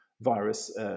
virus